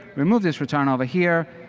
remove this return over here,